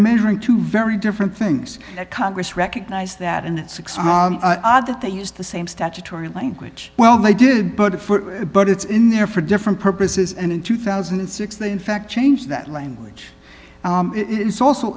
measuring two very different things that congress recognized that and six other they used the same statutory language well they did put it but it's in there for different purposes and in two thousand and six they in fact change that language and it's also